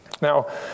Now